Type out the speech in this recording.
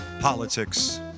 politics